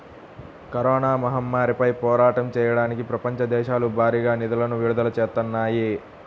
corona మహమ్మారిపై పోరాటం చెయ్యడానికి ప్రపంచ దేశాలు భారీగా నిధులను విడుదల చేత్తన్నాయి